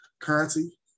currency